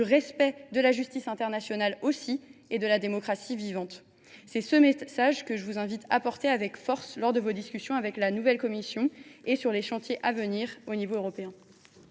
de la justice internationale et de la démocratie vivante. C’est ce message que je vous invite à porter avec force lors de vos discussions avec la nouvelle Commission sur les chantiers à venir à l’échelon européen.